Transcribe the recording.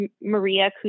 Maria